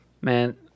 man